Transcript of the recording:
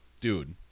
Dude